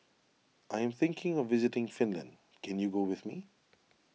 I am thinking of visiting Finland can you go with me